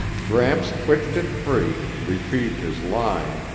gramps twitched it free, retrieved his line,